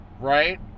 right